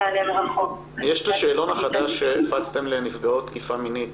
יש את השאלון החדש שהפצתם לנפגעות תקיפה מינית